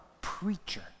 preacher